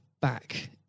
back